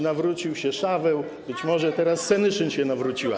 Nawrócił się Szaweł, być może teraz Senyszyn się nawróciła.